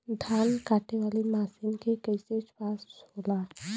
धान कांटेवाली मासिन के छूट कईसे पास होला?